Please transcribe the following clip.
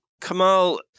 Kamal